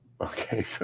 Okay